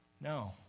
No